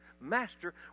Master